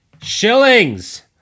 shillings